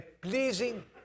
pleasing